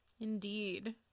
Indeed